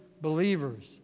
believers